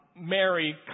Mary